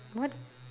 what